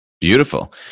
Beautiful